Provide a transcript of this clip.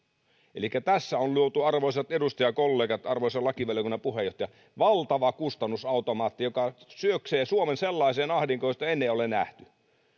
elikkä tässä on luotu arvoisat edustajakollegat arvoisa lakivaliokunnan puheenjohtaja valtava kustannusautomaatti joka syöksee suomen sellaiseen ahdinkoon jollaista ennen ei ole nähty